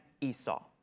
Esau